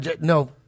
no